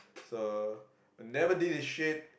so I never did a shit